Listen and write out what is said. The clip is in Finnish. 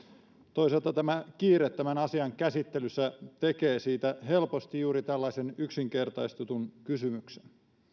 toisaalta tämä kiire tämän asian käsittelyssä tekee siitä helposti juuri tällaisen yksinkertaistetun kysymyksen